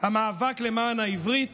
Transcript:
המאבק למען העברית